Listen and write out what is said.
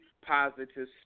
positive